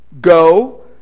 go